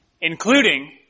including